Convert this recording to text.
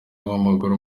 w’amaguru